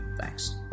Thanks